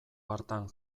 hartan